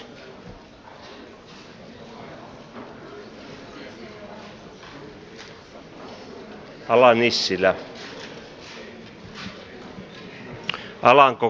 vaalitoimitus alkoi